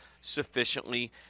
sufficiently